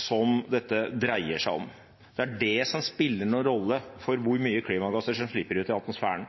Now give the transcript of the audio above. som dette dreier seg om. Det er det som spiller noen rolle for hvor mye klimagass som slipper ut i atmosfæren.